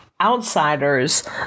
outsiders